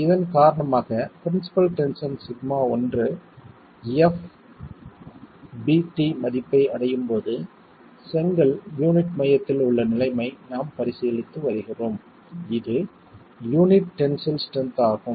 இதன் காரணமாக principal tension sigma ஒன்று fbt மதிப்பை அடையும் போது செங்கல் யூனிட் மையத்தில் உள்ள நிலையை நாம் பரிசீலித்து வருகிறோம் இது யூனிட் டென்சில் ஸ்ட்ரென்த் ஆகும்